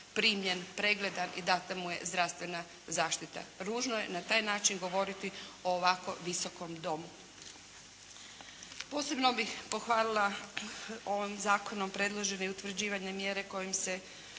primljen, pregledan i dana mu je zdravstvena zaštita. Ružno je na taj način govoriti u ovako Visokom domu. Posebno bih pohvalila ovim zakonom predloženi i utvrđivane mjere kojim se